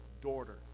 daughter